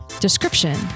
Description